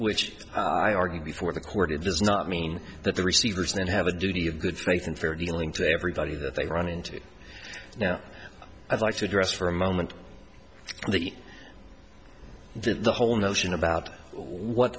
which i argued before the court it does not mean that the receivers then have a duty of good faith and fair dealing to everybody that they run into now i'd like to address for a moment the the whole notion about what